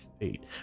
fate